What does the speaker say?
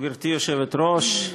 גברתי היושבת-ראש,